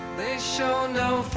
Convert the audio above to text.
they show no